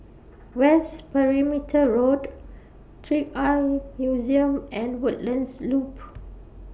West Perimeter Road Trick Eye Museum and Woodlands Loop